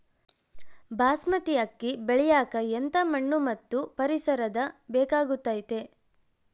ಬಾಸ್ಮತಿ ಅಕ್ಕಿ ಬೆಳಿಯಕ ಎಂಥ ಮಣ್ಣು ಮತ್ತು ಪರಿಸರದ ಬೇಕಾಗುತೈತೆ?